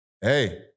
hey